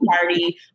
party